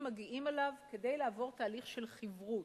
מגיעים אליו כדי לעבור תהליך של חיברות,